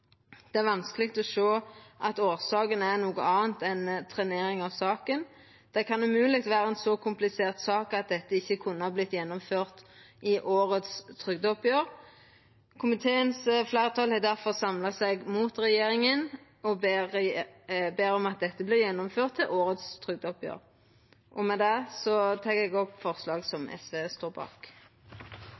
Det er vanskeleg å sjå at årsaka er noko anna enn trenering av saka. Det kan umogleg vera ei så komplisert sak at dette ikkje kunne ha vorte gjennomført i årets trygdeoppgjer. Komiteens fleirtal har difor samla seg mot regjeringa og ber om at dette vert gjennomført til årets trygdeoppgjør. Med det anbefaler eg forslaga SV står bak.